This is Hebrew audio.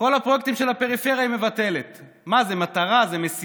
את כל הפרויקטים של הפריפריה היא מבטלת.